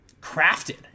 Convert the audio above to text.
crafted